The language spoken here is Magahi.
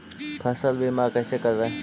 फसल बीमा कैसे करबइ?